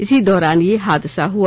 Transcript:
इसी दौरान यह हादसा हुआ